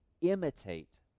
imitate